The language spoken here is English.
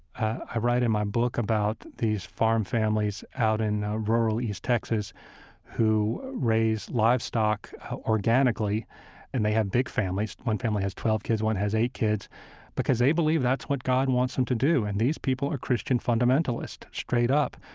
i write in my book about these farm families out in rural east texas who raise livestock organically eur and they have big families one family has twelve kids, one has eight kids eur because they believe that's what god wants them to do. and these people are christian fundamentalists, straight up.